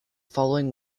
following